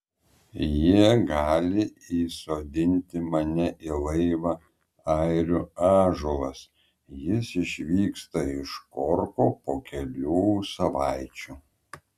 jie gali įsodinti mane į laivą airių ąžuolas jis išvyksta iš korko po kelių savaičių